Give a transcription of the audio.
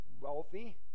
wealthy